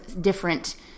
different